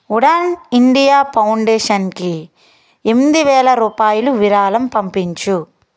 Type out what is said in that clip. wooden India ఫౌండేషన్కి ఎనిమిదివేల రూపాయలు విరాళం పంపించు